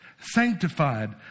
sanctified